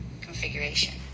configuration